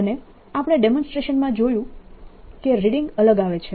અને આપણે ડેમોન્સ્ટ્રેશનમાં જોયું કે રીડિંગ અલગ આવે છે